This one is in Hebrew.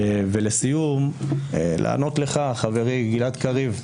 ולסיום, לענות לך, חברי גלעד קריב.